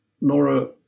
Nora